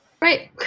right